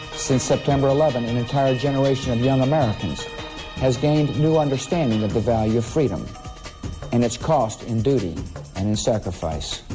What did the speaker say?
since september eleven, the entire generation of young americans has gained new understanding of the value of freedom and its cost in duty and in sacrifice.